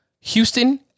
Houston